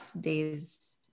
days